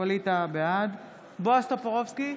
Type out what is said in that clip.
בועז טופורובסקי,